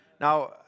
Now